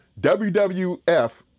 WWF